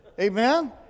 Amen